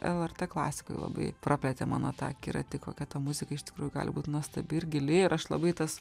lrt klasikoj labai praplėtė mano tą akiratį kokia ta muzika iš tikrųjų gali būt nuostabi ir gili ir aš labai tas